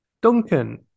Duncan